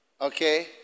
Okay